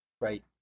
right